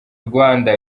rwanda